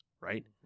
right